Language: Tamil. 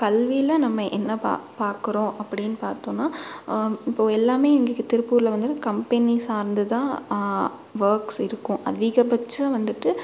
கல்வியில நம்ம என்ன ப பார்க்குறோம் அப்படினு பார்த்தோன்னா இப்போ எல்லாமே இங்கைக்கு திருப்பூரில் வந்து கம்பெனி சார்ந்து தான் ஒர்க்ஸ் இருக்கும் அதிகபட்சம் வந்துவிட்டு